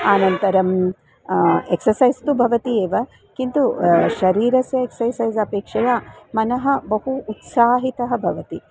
अनन्तरम् एक्ससैस् तु भवति एव किन्तु शरीरस्य एक्ससैस् अपेक्षया मनः बहु उत्साहितः भवति